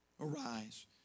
arise